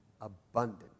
abundant